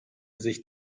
sich